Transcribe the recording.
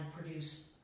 produce